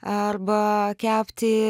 arba kepti